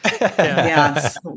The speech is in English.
Yes